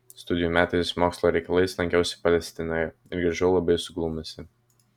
studijų metais mokslo reikalais lankiausi palestinoje ir grįžau labai suglumusi